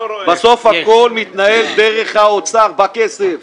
בסוף הכול מתנהל דרך האוצר, בכסף.